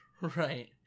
Right